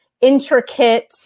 intricate